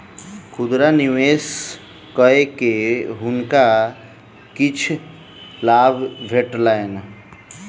खुदरा निवेश कय के हुनका किछ लाभ भेटलैन